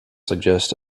suggest